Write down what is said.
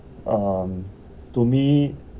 um to me